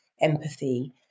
empathy